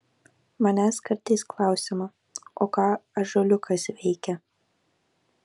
manęs kartais klausiama o ką ąžuoliukas veikia